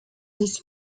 his